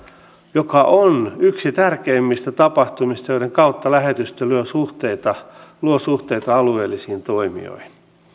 joka on yksi tärkeimmistä tapahtumista joiden kautta lähetystö luo suhteita luo suhteita alueellisiin toimijoihin